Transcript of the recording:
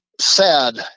sad